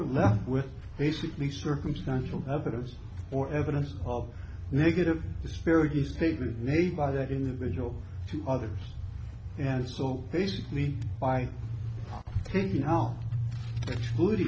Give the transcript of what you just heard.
are left with basically circumstantial evidence or evidence of negative disparities statement made by that individual to others and so basically by taking all excluded